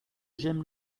j’aime